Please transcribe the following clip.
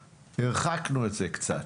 הרחקנו את זה קצת.